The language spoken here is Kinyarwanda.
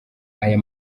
aya